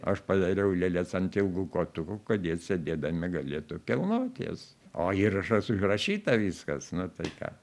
aš padariau lėles ant ilgų kotukų kad jie sėdėdami galėtų kilnot jas o įrašas užrašyta viskas nu tai ką